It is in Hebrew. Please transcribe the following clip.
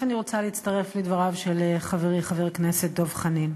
אני רוצה להצטרף לדבריו של חברי חבר הכנסת דב חנין,